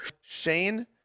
shane